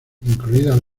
incluidas